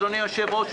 אדוני היושב-ראש,